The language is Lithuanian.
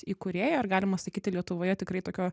įkūrėją ir galima sakyti lietuvoje tikrai tokio